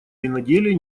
виноделия